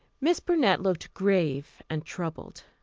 miss burnett looked grave and troubled.